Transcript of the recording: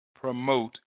promote